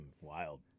wild